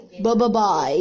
Bye-bye-bye